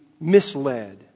misled